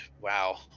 Wow